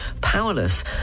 powerless